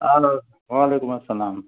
اَہن حظ وعلیکُم السلام